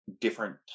different